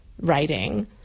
writing